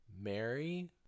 Mary